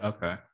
Okay